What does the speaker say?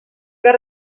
got